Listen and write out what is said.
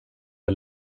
väl